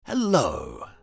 Hello